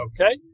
Okay